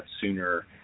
sooner